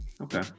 Okay